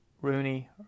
Rooney